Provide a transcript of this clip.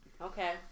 Okay